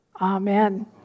Amen